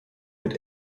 mit